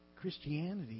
Christianity